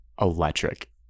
electric